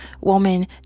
woman